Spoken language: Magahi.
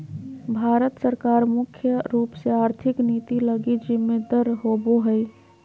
भारत सरकार मुख्य रूप से आर्थिक नीति लगी जिम्मेदर होबो हइ